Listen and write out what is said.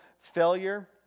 failure